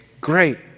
great